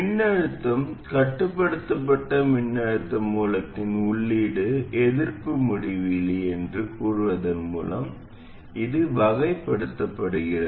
மின்னழுத்தம் கட்டுப்படுத்தப்பட்ட மின்னழுத்த மூலத்தின் உள்ளீடு எதிர்ப்பு முடிவிலி என்று கூறுவதன் மூலம் இது வகைப்படுத்தப்படுகிறது